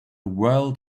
world